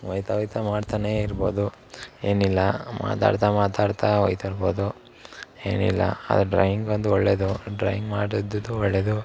ಹೋಗ್ತಾ ಹೋಗ್ತಾ ಮಾಡ್ತಲೇ ಇರ್ಬೋದು ಏನಿಲ್ಲ ಮಾತಾಡ್ತಾ ಮಾತಾಡ್ತಾ ಹೋಗ್ತಾ ಇರ್ಬೋದು ಏನಿಲ್ಲ ಆದ್ರೆ ಡ್ರಾಯಿಂಗ್ ಒಂದು ಒಳ್ಳೆಯದು ಡ್ರಾಯಿಂಗ್ ಮಾಡೋದಿದು ಒಳ್ಳೇದು